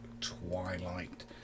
twilight